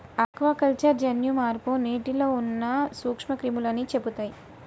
aquaculture జన్యు మార్పు నీటిలో ఉన్న నూక్ష్మ క్రిములని చెపుతయ్